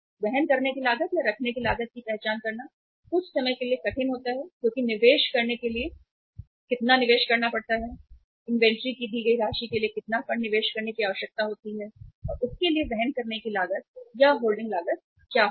वहन करने की लागत या रखने की लागत की पहचान करना कुछ समय के लिए कठिन होता है क्योंकि निवेश करने के लिए कितना निवेश करना पड़ता है इन्वेंट्री की दी गई राशि के लिए कितना फंड निवेश करने की आवश्यकता होती है और उसके लिए वहन करने की लागत या होल्डिंग लागत क्या होगी